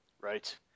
Right